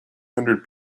hundred